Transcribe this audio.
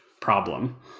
problem